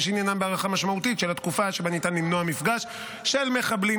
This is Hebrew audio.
ועניינן בהארכה משמעותית של התקופה שבה ניתן למנוע מפגש של מחבלים